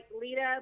Lita